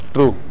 True